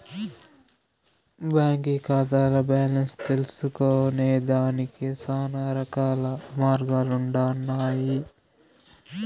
బాంకీ కాతాల్ల బాలెన్స్ తెల్సుకొనేదానికి శానారకాల మార్గాలుండన్నాయి